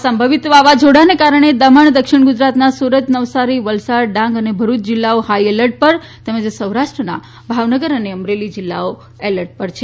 આ સંભવિત વાવાઝોડાને કારણે દમણ દક્ષિણ ગુજરાતના સુરત નવસારી વલસાડ ડાંગ અને ભરૂચ જિલ્લાઓ હાઈ એલર્ટ પર તેમજ સૌરાષ્ટ્રના ભાવનગર અને અમરેલી જિલ્લાઓ એલર્ટ પર છે